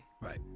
right